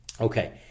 Okay